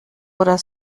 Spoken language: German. oder